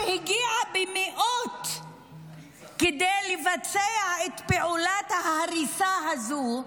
שהגיעה במאות כדי לבצע את פעולת ההריסה הזו,